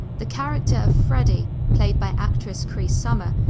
the character of freddie, played by actress cree summer,